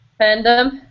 fandom